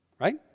right